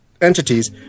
entities